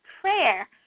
Prayer